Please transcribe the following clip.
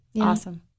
Awesome